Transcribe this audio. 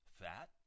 fat